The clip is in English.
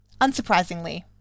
unsurprisingly